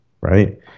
right